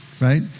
right